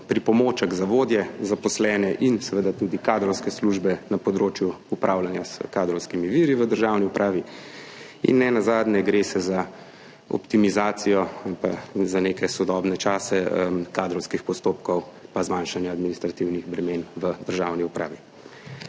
pripomoček za vodje, zaposlene in seveda tudi kadrovske službe na področju upravljanja s kadrovskimi viri v državni upravi ter nenazadnje gre za optimizacijo ali pa za neke sodobne čase kadrovskih postopkov in zmanjšanje administrativnih bremen v državni upravi.